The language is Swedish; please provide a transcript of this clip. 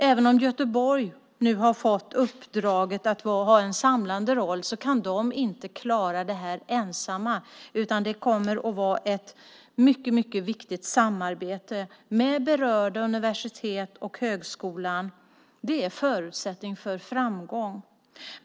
Även om Göteborg nu har fått uppdraget att ha en samlande roll kan de inte klara det här ensamma, utan det kommer att vara ett mycket viktigt samarbete med berörda universitet och högskolan. Det är en förutsättning för framgång.